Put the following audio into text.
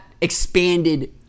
expanded